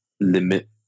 limit